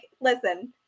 listen